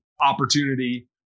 opportunity